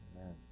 amen